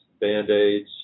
band-aids